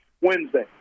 Wednesday